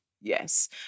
yes